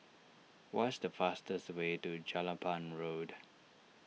what is the fastest way to Jelapang Road